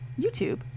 YouTube